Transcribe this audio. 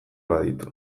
baditu